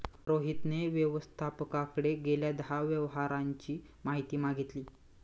रोहितने व्यवस्थापकाकडे गेल्या दहा व्यवहारांची माहिती मागितली